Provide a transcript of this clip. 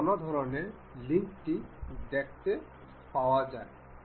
আপনি এটি এখানে দেখতে পারেন